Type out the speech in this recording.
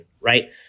Right